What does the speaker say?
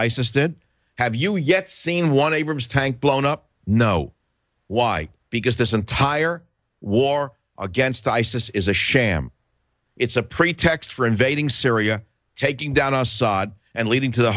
isis didn't have you yet seen one abrams tank blown up know why because this entire war against isis is a sham it's a pretext for invading syria taking down assad and leading to the